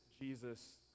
Jesus